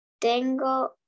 Tengo